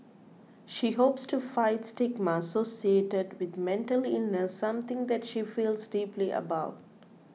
she hopes to fight stigma associated with mental illness something that she feels deeply about